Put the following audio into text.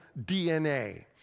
DNA